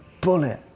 bullet